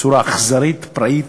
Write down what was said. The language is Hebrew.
בצורה אכזרית, פראית,